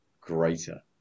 greater